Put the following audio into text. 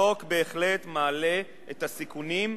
החוק בהחלט מעלה את הסיכונים,